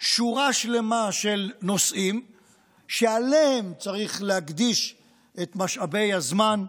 שורה שלמה של נושאים שלהם צריך להקדיש את משאבי הזמן,